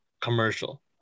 commercial